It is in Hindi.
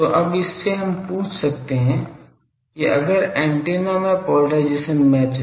तो अब इससे हम पूछ सकते हैं कि अगर एंटीना में पोलराइजेशन मैच है